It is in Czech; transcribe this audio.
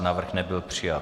Návrh nebyl přijat.